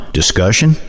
discussion